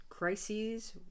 crises